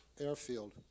airfield